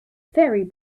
ferry